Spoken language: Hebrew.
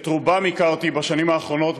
את רובם הכרתי בשנים האחרונות,